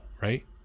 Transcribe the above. right